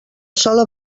sola